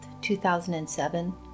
2007